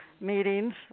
meetings